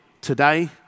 today